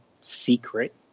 secret